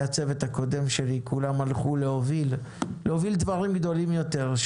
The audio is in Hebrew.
והצוות הקודם שלי כולם הלכו להוביל דברים גדולים יותר.